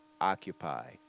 occupy